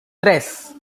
tres